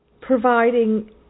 providing